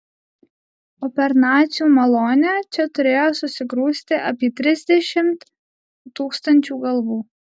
o per nacių malonę čia turėjo susigrūsti apie trisdešimt tūkstančių galvų